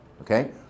Okay